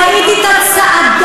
להסית כל הזמן.